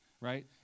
right